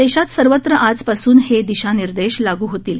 देशात सर्वत्र आजपासून हे दिशानिर्देश लागू होतील